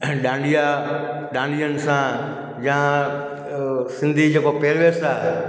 ऐं डांडिआ डांडिअनि सां या सिंधी जेको पहेरवेश आहे